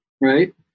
right